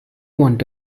want